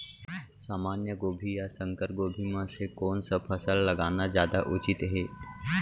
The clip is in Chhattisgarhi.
सामान्य गोभी या संकर गोभी म से कोन स फसल लगाना जादा उचित हे?